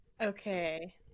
okay